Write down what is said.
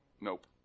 Nope